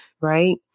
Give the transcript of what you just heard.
right